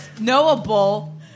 knowable